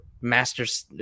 master's